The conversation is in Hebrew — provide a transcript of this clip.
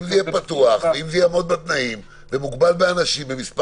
אם זה יהיה פתוח ואם זה יעמוד בתנאים ומוגבל במספר